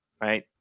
right